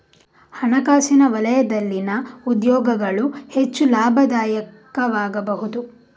ಹಣಕಾಸಿನ ವಲಯದಲ್ಲಿನ ಉದ್ಯೋಗಗಳು ಹೆಚ್ಚು ಲಾಭದಾಯಕವಾಗಬಹುದು